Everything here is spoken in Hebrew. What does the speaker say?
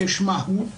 כשמה הוא.